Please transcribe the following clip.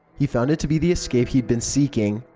he found it to be the escape he'd been seeking.